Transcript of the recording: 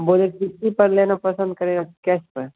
बोले क़िस्त पर लेना पसंद करेंगे कि कैस पर